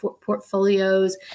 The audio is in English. portfolios